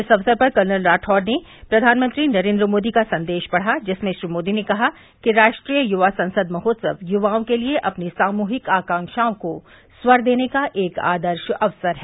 इस अवसर पर कर्नल राठौड़ ने प्रधानमंत्री नरेन्द्र मोदी का संदेश पढ़ा जिसमें श्री मोदी ने कहा कि राष्ट्रीय युवा संसद महोत्सव युवाओं के लिए अपनी सामूहिक आकांक्षाओं को स्वर देने का एक आदर्श अवसर है